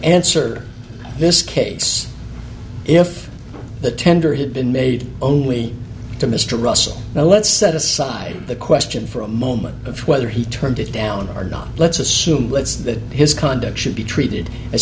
answer this case if the tender had been made only to mr russell now let's set aside the question for a moment of whether he turned it down or not let's assume that his conduct should be treated as